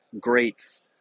greats